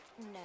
No